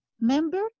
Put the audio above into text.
member